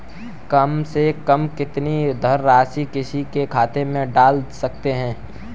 कम से कम कितनी धनराशि किसी के खाते में डाल सकते हैं?